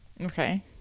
Okay